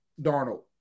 Darnold